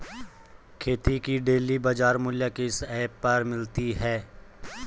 खेती के डेली बाज़ार मूल्य किस ऐप पर मिलते हैं?